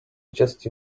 just